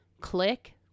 click